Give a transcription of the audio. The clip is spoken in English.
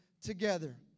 together